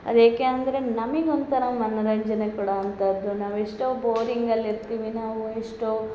ಅದು ಏಕೆ ಅಂದರೆ ನಮಗೆ ಒಂಥರ ಮನರಂಜನೆ ಕೊಡೊವಂಥದ್ದು ನಾವು ಎಷ್ಟೋ ಬೋರಿಂಗಲ್ಲಿ ಇರ್ತೀವಿ ನಾವು ಎಷ್ಟೋ ಆ